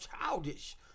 childish